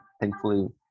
thankfully